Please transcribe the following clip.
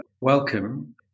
welcome